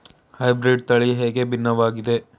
Hybrid ತಳಿ ಹೇಗೆ ಭಿನ್ನವಾಗಿದೆ?